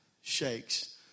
shakes